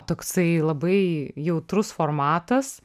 toksai labai jautrus formatas